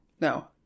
No